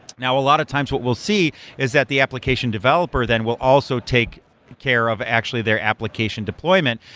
now a lot of times what we'll see is that the application developer then will also take care of actually there application deployment,